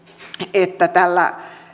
että tällä